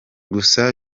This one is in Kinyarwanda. gusa